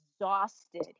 exhausted